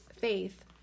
faith